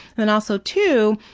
and also too,